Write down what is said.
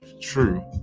true